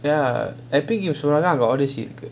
ya epic சொன்னாங்க அங்க:sonaanga anga odessey இருக்கு:irukku